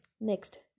next